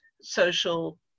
social